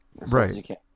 right